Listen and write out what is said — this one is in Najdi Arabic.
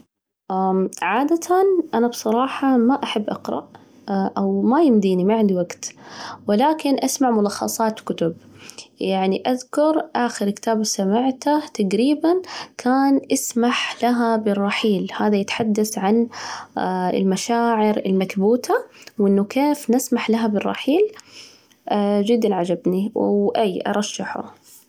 عادة أنا بصراحة ما أحب أقرأ، أو ما يمديني، ما عندي وقت، ولكن أسمع ملخصات كتب، يعني أذكر آخر كتاب سمعته تجريبًا كان إسمح لها بالرحيل، هذا يتحدث عن المشاعر المكبوتة وإنه كيف نسمح لها بالرحيل؟ جدًّا عجبني وآي أرشحه.